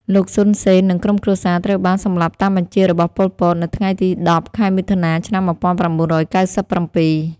លោក សុន សេន និងក្រុមគ្រួសារត្រូវបាន សម្លាប់តាមបញ្ជារបស់ ប៉ុល ពត នៅ ថ្ងៃទី១០ ខែមិថុនា ឆ្នាំ១៩៩៧ ។